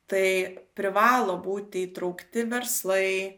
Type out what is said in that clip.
tai privalo būti įtraukti verslai